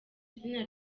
izina